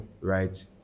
right